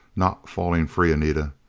not falling free, anita.